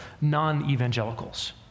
non-evangelicals